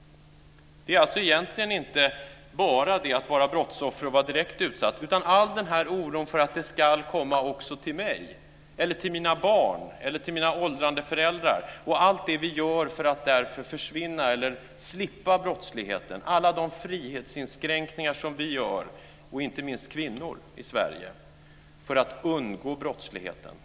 Det handlar alltså egentligen inte bara om att vara brottsoffer och om att vara direkt utsatt. Det är också all den här oron för att det ska komma också till mig, till mina barn eller till mina åldrande föräldrar och allt det vi gör för att därför slippa brottsligheten, alla de frihetsinskränkningar vi gör - det gäller inte minst kvinnor i Sverige - för att undgå brottsligheten.